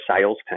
sales